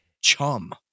Chum